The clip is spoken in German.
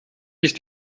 ist